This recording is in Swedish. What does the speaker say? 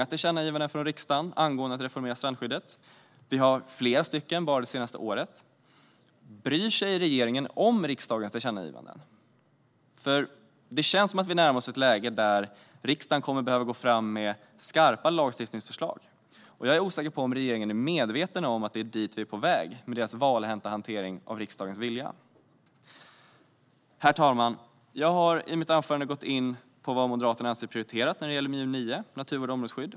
Tillkännagivandena från riksdagen angående att reformera strandskyddet börjar bli ganska många. Vi har lämnat flera stycken bara under det senaste året. Bryr sig regeringen om riksdagens tillkännagivanden? Det känns som att vi närmar oss ett läge där riksdagen kommer att behöva gå fram med skarpa lagstiftningsförslag. Jag är osäker på om regeringen är medveten om att det är dit vi är på väg, på grund av deras valhänta hantering av riksdagens vilja. Herr talman! Jag har i mitt anförande gått in på vad Moderaterna anser är prioriterat när det gäller MJU9 Naturvård och områdesskydd .